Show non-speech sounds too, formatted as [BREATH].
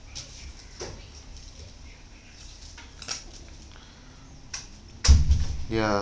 [BREATH] ya